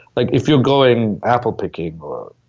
like, if you're going apple picking, or